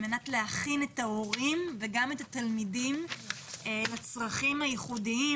על מנת להכין את ההורים וגם את התלמידים לצרכים הייחודיים